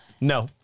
No